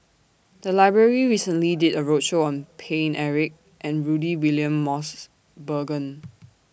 The Library recently did A roadshow on Paine Eric and Rudy William Mosbergen